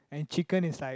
and chicken is like